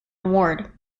award